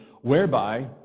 whereby